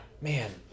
Man